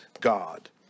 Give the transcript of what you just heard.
God